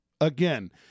again